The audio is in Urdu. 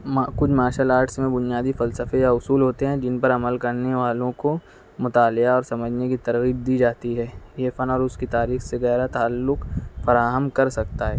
ما کچھ مارشل آرٹس میں بنیادی فلسفہ یا اصول ہوتے ہیں جن پر علمل کرنے والوں کو مطالعہ اور سمجھنے کی ترغیب دی جاتی ہے یہ فن اور اس کی تاریخ سے گہرا تعلق فراہم کر سکتا ہے